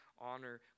honor